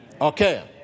Okay